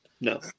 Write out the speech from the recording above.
No